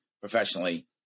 professionally